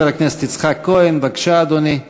חבר הכנסת יצחק כהן, בבקשה, אדוני.